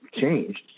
changed